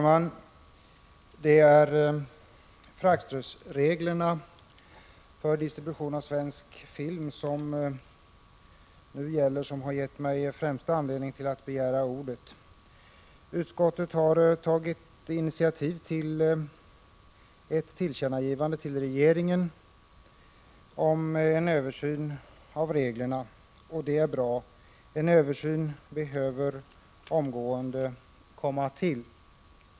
Fru talman! Fraktreglerna för distribution av svensk film är det som främst gett mig anledning att begära ordet. Utskottet har tagit initiativ till ett tillkännagivande till regeringen om översyn av reglerna. Det är bra — en översyn behöver omgående komma till.